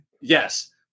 Yes